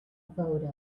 photo